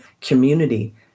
community